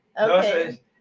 Okay